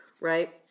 right